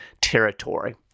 territory